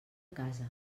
casa